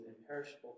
imperishable